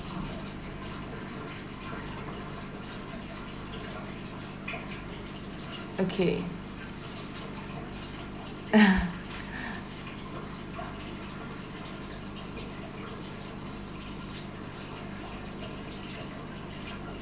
okay